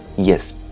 Yes